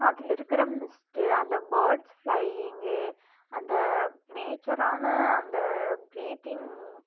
அதில் இருக்கிற மிஸ்ட்டு அந்த பேர்ட்ஸ் ஃப்ளையிங்கு அந்த நேச்சரான அந்த ப்ரீத்திங்